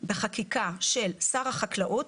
בחקיקה של שר החקלאות.